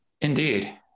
Indeed